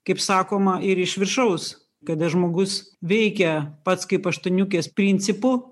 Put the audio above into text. kaip sakoma ir iš viršaus kada žmogus veikia pats kaip aštuoniukės principu